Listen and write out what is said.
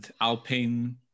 Alpine